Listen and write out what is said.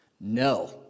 No